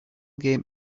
game